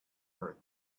earth